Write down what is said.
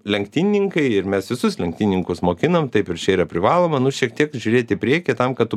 lenktynininkai ir mes visus lenktynininkus mokinam taip ir čia yra privaloma nu šiek tiek žiūrėti į priekį tam kad tu